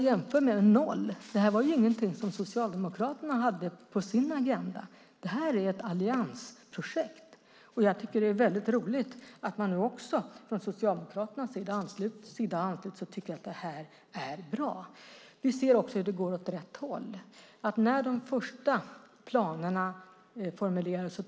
Det här var ju ingenting som Socialdemokraterna hade på sin agenda. Det här är ett alliansprojekt. Jag tycker att det är roligt att även Socialdemokraterna tycker att det här är bra. Vi ser att det går åt rätt håll. Mycket har skett sedan de första planerna formulerades.